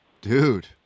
Dude